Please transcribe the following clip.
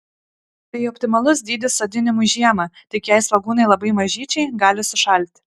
tai optimalus dydis sodinimui žiemą tik jei svogūnai labai mažyčiai gali sušalti